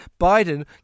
biden